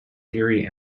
theory